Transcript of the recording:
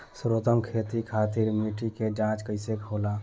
सर्वोत्तम खेती खातिर मिट्टी के जाँच कईसे होला?